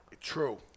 True